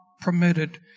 permitted